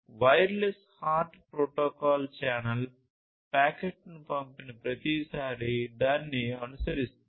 wireless HART protocol channel ప్యాకెట్ను పంపిన ప్రతిసారీ దాన్ని అనుసరిస్తుంది